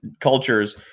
cultures